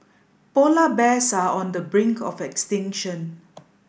polar bears are on the brink of extinction